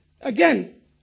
again